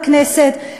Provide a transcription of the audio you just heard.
בכנסת,